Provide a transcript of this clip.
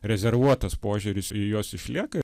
rezervuotas požiūris į juos išlieka